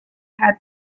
had